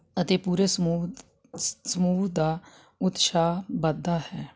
ਅਤੇ ਪੂਰੇ ਸਮੂਹ ਦਾ ਸਮੂੁਹ ਦਾ ਉਤਸ਼ਾਹ ਵੱਧਦਾ ਹੈ